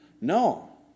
No